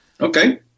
Okay